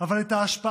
אבל את ההשפעה,